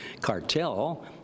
cartel